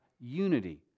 unity